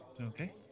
Okay